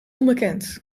onbekend